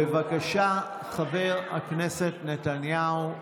בבקשה, חבר הכנסת נתניהו.